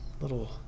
little